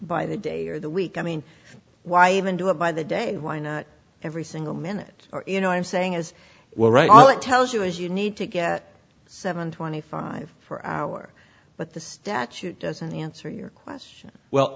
by the day or the week i mean why even do it by the day why not every single minute you know i'm saying as well right all it tells you is you need to get seven twenty five for hour but the statute doesn't answer your question well